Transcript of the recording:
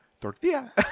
tortilla